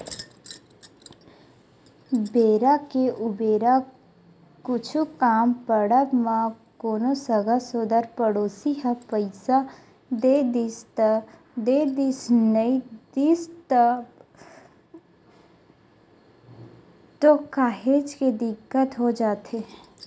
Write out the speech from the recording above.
बेरा के उबेरा कुछु काम पड़ब म कोनो संगा सोदर पड़ोसी ह पइसा दे दिस त देदिस नइ दिस तब तो काहेच के दिक्कत हो जाथे